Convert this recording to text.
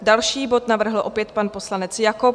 Další bod navrhl opět pan poslanec Jakob.